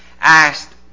asked